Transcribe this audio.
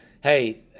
hey –